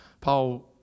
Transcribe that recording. Paul